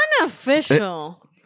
Unofficial